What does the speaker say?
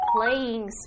Playing